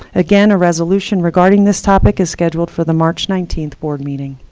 again, a resolution regarding this topic is scheduled for the march nineteenth board meeting.